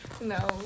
no